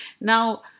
now